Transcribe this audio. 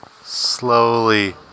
slowly